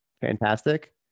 fantastic